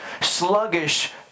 Sluggish